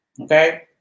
okay